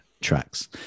tracks